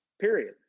period